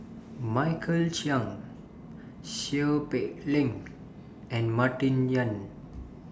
Michael Chiang Seow Peck Leng and Martin Yan